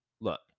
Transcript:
look